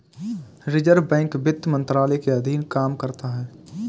reserve bank वित्त मंत्रालय के अधीन काम करता है